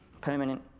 Permanent